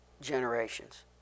generations